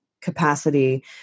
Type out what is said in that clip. capacity